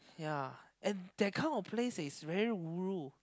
ya and that kind of place is very ulu